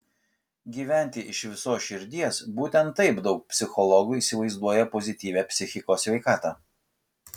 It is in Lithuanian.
gyventi iš visos širdies būtent taip daug psichologų įsivaizduoja pozityvią psichikos sveikatą